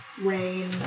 rain